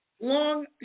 Long